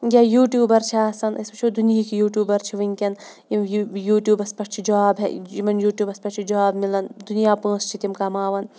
یا یوٗٹیوٗبَر چھِ آسان أسۍ وٕچھو دُنہیٖکۍ یوٗٹیوٗبَر چھِ وٕنۍکٮ۪ن یوٗٹیوٗبَس پٮ۪ٹھ چھِ جاب یِمَن یوٗٹیوٗبَس پٮ۪ٹھ چھِ جاب مِلان دُنیا پونٛسہٕ چھِ تِم کَماوان